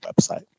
website